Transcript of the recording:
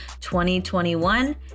2021